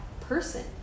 person